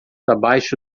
abaixo